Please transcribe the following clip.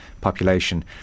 population